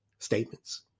statements